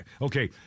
Okay